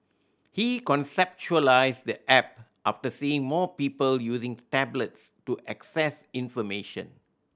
he conceptualised the app after seeing more people using tablets to access information